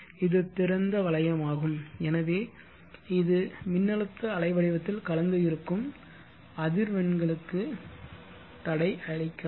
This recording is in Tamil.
இது திறந்த வளையமாகும் எனவே இது மின்னழுத்த அலைவடிவத்தில் கலந்து இருக்கும் அதிவெண்களுக்கு தடை அளிக்காது